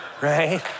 right